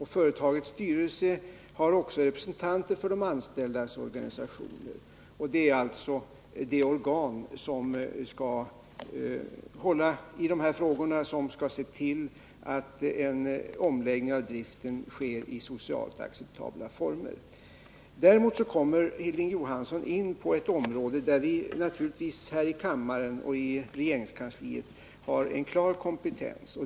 I företagets styrelse finns också representanter för de anställdas organisationer. Det är alltså det organet som skall hålla i de här frågorna och se till att en omläggning av driften företas i socialt acceptabla former. Sedan kommer Hilding Johansson däremot in på ett område där vi här i kammaren och i regeringskansliet har en klar kompetens.